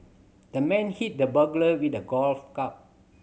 the man hit the burglar with a golf club